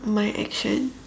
my action